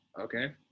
okay